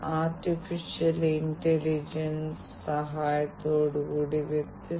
അതിനാൽ ഉപകരണ level interoperability മനസ്സിലാക്കി എന്നാൽ നമ്മൾ സംസാരിക്കുന്ന സെമാന്റിക് ഇന്ററോപ്പറബിളിറ്റി എന്താണ്